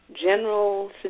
general